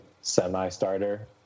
semi-starter